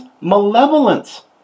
malevolence